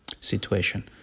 situation